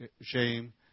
shame